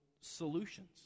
solutions